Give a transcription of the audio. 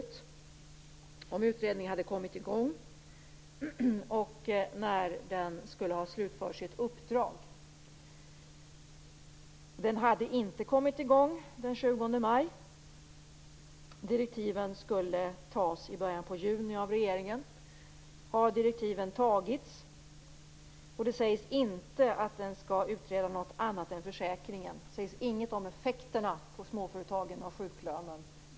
Jag undrade om utredningen hade kommit i gång och när dess uppdrag skulle vara slutfört. Utredningen hade inte kommit i gång den 20 maj. Direktiven skulle tas i början av juni av regeringen. Har direktiven tagits? Det sägs inte att utredningen skall utreda något annat än försäkringen. Det sägs inget om sjuklönens effekter på småföretagen.